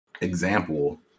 example